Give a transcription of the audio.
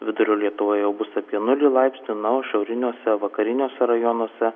vidurio lietuvoje bus apie nulį laipsnių na o šiauriniuose vakariniuose rajonuose